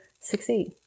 succeed